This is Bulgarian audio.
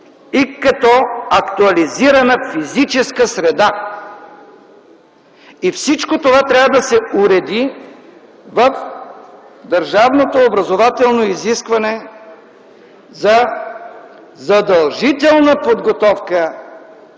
и като актуализирана физическа среда. Всичко това трябва да се уреди в държавното образователно изискване за задължителна подготовка